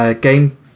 game